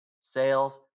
sales